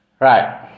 Right